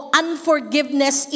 unforgiveness